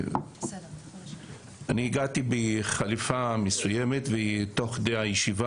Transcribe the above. אני הגעתי בחליפה מסוימת ותוך כדי הישיבה